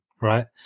right